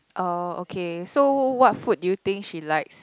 oh okay so what food do you think she likes